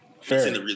Fair